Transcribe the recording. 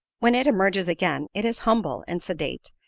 when it emerges again it is humble and sedate,